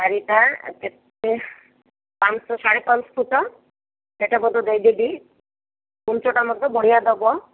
ଚାରିଟା କେତେ ପାଞ୍ଚ ସାଢ଼େ ପାଞ୍ଚ ଫୁଟ ସେଇଟା ମୁଁ ଦେଇଦେବି କୁଞ୍ଚଟା ମଧ୍ୟ ବଢ଼ିଆ ଦେବ